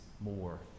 more